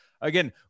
again